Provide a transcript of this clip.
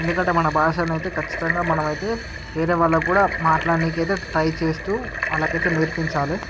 ఎందుకంటే మన భాషనయితే ఖచ్చితంగా మనమైతే వేరే వాళ్ళకి కూడా మాట్లానికైతే ట్రై చేస్తూ వాళ్ళకైతే నేర్పించాలి